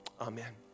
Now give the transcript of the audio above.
Amen